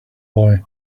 boy